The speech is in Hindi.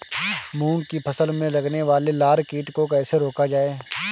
मूंग की फसल में लगने वाले लार कीट को कैसे रोका जाए?